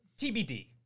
TBD